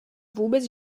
vůbec